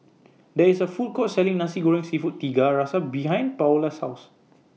There IS A Food Court Selling Nasi Goreng Seafood Tiga Rasa behind Paola's House